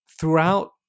throughout